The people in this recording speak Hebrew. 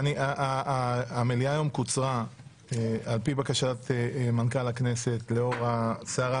המליאה היום קוצרה לפי בקשת מנכ"ל הכנסת לאור הסערה